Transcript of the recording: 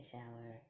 shower